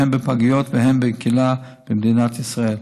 הן בפגיות והן בקהילה במדינת ישראל.